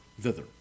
thither